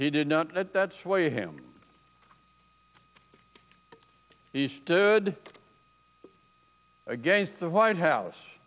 he did not let that sway him he stood against the white house